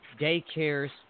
daycares